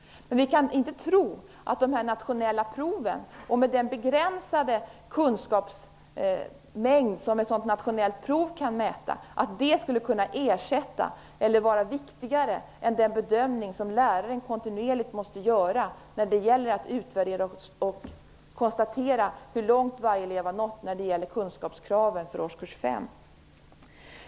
Men vi kan inte tro att de nationella proven, med den begränsade kunskapsmängd som ett sådant nationellt prov kan mäta, skulle kunna ersätta eller vara viktigare än den bedömning som läraren kontinuerligt måste göra när det gäller att utvärdera och konstatera hur långt varje elev har nått i fråga om kunskapskraven för årskurs 5.